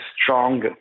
strong